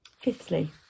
Fifthly